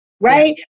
Right